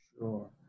sure